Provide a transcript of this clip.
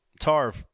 Tarv